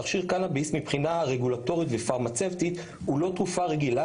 תכשיר קנביס מבחינה רגולטורית ופארמצטי הוא לא תרופה רגילה,